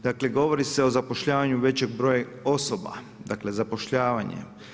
Dakle, govori se o zapošljavanju većeg broja osoba, dakle zapošljavanje.